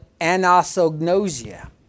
anosognosia